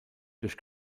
durch